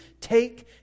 take